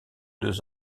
deux